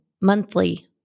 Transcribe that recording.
monthly